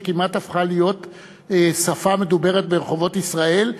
שכמעט הפכה להיות שפה מדוברת ברחובות ישראל,